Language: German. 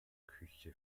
küche